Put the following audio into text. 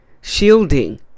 Shielding